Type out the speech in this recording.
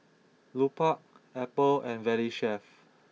Lupark Apple and Valley Chef